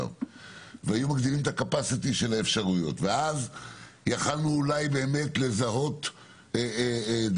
והיו מגדילים את הקיבולת של הבדיקות - אז אולי יכולנו באמת לזהות יותר.